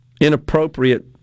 inappropriate